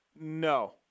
No